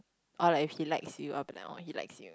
or like if he likes you I'll be like oh he likes you